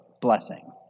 blessing